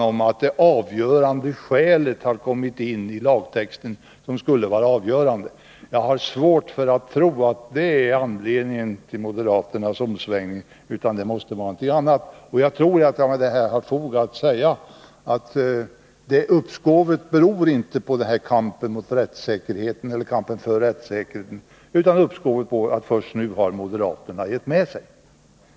Jag har svårt för att tro att det som moderaterna nu anför är det avgörande skälet till deras omsvängning, utan skälet måste vara något annat. Jag tror att jag har fog för att säga att uppskovet med den här lagen inte har berott på kampen för rättssäkerheten utan på att moderaterna först nu har gett med sig.